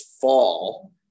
fall